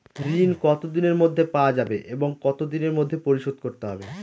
ঋণ কতদিনের মধ্যে পাওয়া যাবে এবং কত দিনের মধ্যে পরিশোধ করতে হবে?